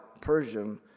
Persian